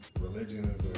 religions